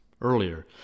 earlier